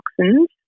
toxins